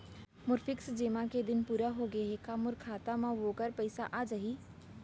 मोर fix जेमा के दिन पूरा होगे हे का मोर खाता म वोखर पइसा आप जाही?